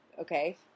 okay